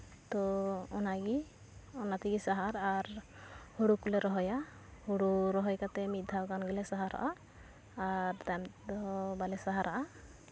ᱛᱚ ᱚᱱᱟᱜᱤ ᱚᱱᱟ ᱛᱮᱜᱤ ᱥᱟᱦᱟᱨ ᱟᱨ ᱦᱩᱲᱩ ᱠᱚᱞᱮ ᱨᱚᱦᱚᱭᱟ ᱦᱩᱲᱩ ᱨᱚᱦᱚᱭ ᱠᱟᱛᱮᱫ ᱢᱤᱫ ᱫᱷᱟᱣ ᱜᱟᱱ ᱜᱮᱞᱮ ᱥᱟᱦᱟᱨᱟᱜᱼᱟ ᱟᱨ ᱛᱟᱭᱚᱢ ᱛᱮᱫᱚ ᱵᱟᱞᱮ ᱥᱟᱦᱟᱨᱟᱜᱼᱟ